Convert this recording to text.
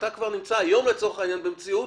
אתה כבר נמצא היום לצורך העניין במציאות